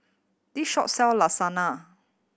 this shop sell Lasagna